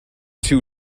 too